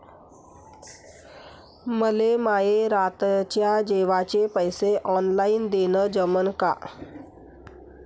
मले माये रातच्या जेवाचे पैसे ऑनलाईन देणं जमन का?